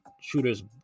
shooter's